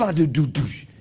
ah do, do, doosh.